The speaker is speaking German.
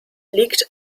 liegt